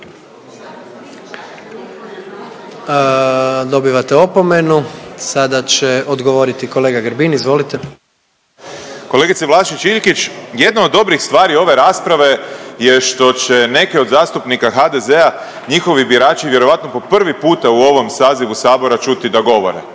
Dobivate opomenu. Sada će odgovoriti kolega Grbin izvolite. **Grbin, Peđa (SDP)** Kolegice Vlašić Iljkić jedna od dobrih stvari ove rasprave je što će neke od zastupnika HDZ-a njihovi birači vjerojatno po prvi puta u ovom sazivu Sabora čuti da govore,